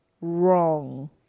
wrong